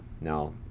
Now